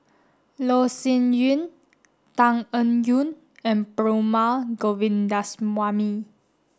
Loh Sin Yun Tan Eng Yoon and Perumal Govindaswamy